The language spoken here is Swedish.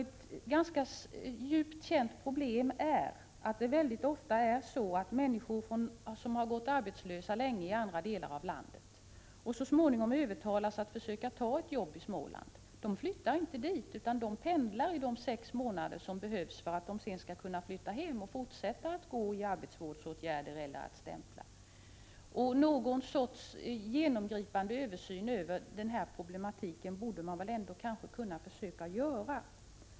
Ett ganska väl känt problem är att det väldigt ofta är så, att människor som har gått arbetslösa länge i andra delar av landet och som så småningom övertalas att försöka ta ett jobb i Småland inte flyttar dit, utan de pendlar under de sex månader som gäller för att sedan flytta hem och fortsätta att använda sig av arbetsmarknadsåtgärder eller stämpling. Någon sorts genomgripande översyn av den här problematiken borde man nog försöka göra.